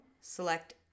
select